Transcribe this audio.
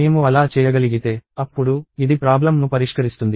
మేము అలా చేయగలిగితే అప్పుడు ఇది ప్రాబ్లమ్ ను పరిష్కరిస్తుంది